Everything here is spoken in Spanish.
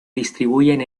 distribuyen